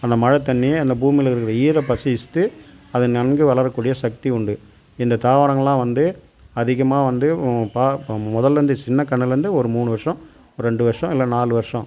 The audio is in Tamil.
அந்த மழை தண்ணி அந்த பூமியில் இருக்கிற ஈர பசையை வச்சு அது நன்கு வளர கூடிய சக்தி உண்டு இந்த தாவரங்கள் எல்லாம் வந்து அதிகமாக வந்து பா முதல்ல இருந்து ஒரு சின்ன கன்றுல இருந்து ஒரு மூணு வருஷம் ஒரு ரெண்டு வருஷம் இல்லை நாலு வருஷம்